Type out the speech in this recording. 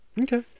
Okay